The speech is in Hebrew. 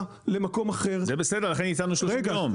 למקום אחר -- אבל זה בסדר לכן הצענו 30 יום.